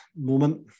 moment